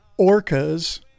orcas